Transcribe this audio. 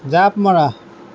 জাপ মাৰা